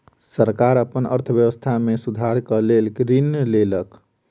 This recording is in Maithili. सरकार अपन अर्थव्यवस्था में सुधारक लेल ऋण लेलक